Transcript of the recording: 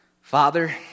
Father